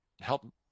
help